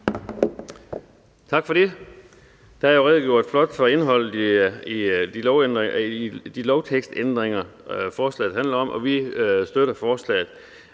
Tak for det. Der er jo flot redegjort for indholdet i de lovtekstændringer, forslaget handler om, og vi støtter forslaget.